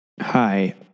Hi